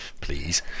please